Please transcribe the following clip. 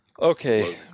Okay